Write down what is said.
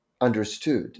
understood